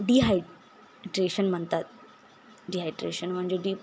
dehydration म्हणतात dehydration म्हणजे deep